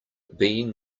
being